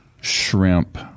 shrimp